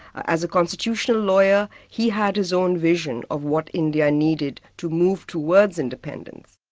as a constitutional lawyer, he had his own vision of what india needed to move towards independence.